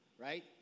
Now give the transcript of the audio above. right